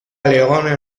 leone